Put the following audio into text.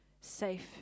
safe